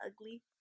ugly